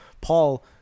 Paul